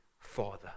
father